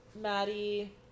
Maddie